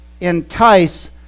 entice